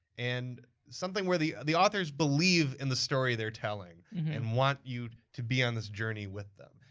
and something where the the authors believe in the story they're telling and want you to be on this journey with them.